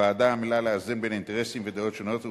הוועדה עמלה לאזן בין אינטרסים שונים ודעות שונות,